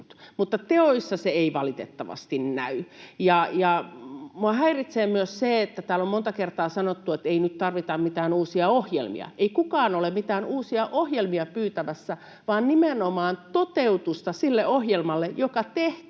mutta teoissa se ei valitettavasti näy. Minua häiritsee myös se, että täällä on monta kertaa sanottu, että ei nyt tarvita mitään uusia ohjelmia. Ei kukaan ole mitään uusia ohjelmia pyytämässä vaan nimenomaan toteutusta sille ohjelmalle, joka tehtiin